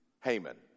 Haman